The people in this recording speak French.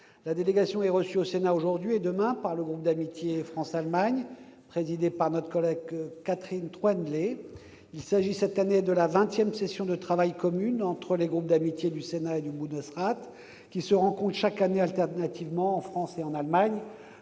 La délégation est reçue au Sénat aujourd'hui et demain par le groupe d'amitié France-Allemagne, présidé par notre collègue Catherine Troendlé. Il s'agit cette année de la vingtième session de travail commune entre les groupes d'amitié du Sénat et du Bundesrat, qui se rencontrent chaque année, alternativement en France et en Allemagne.